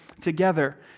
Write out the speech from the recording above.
together